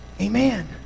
amen